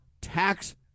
tax